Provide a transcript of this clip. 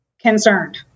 concerned